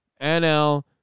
NL